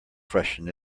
freshen